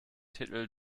titel